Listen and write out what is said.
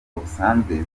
busanzwe